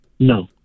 No